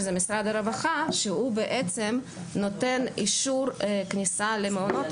שזה משרד הרווחה שהוא בעצם נותן אישור כניסה למעונות